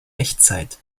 echtzeit